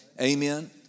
Amen